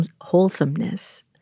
wholesomeness